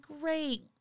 Great